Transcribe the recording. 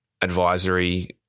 advisory